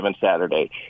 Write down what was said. Saturday